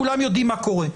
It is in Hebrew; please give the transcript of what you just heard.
כולם יודעים מה קורה.